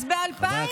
אז ב-2017,